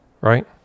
right